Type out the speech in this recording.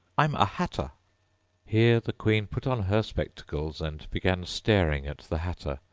i'm a hatter here the queen put on her spectacles, and began staring at the hatter,